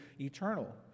eternal